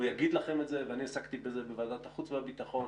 הוא יגיד לכם את זה ואני עסקתי בזה בוועדת החוץ והביטחון.